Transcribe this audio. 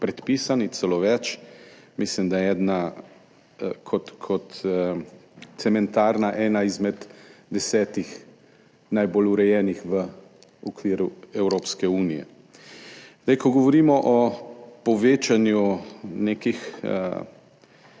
Celo več, mislim, da je kot cementarna ena izmed 10 najbolj urejenih v okviru Evropske unije. Ko govorimo o povečanju nekih